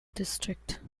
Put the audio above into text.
district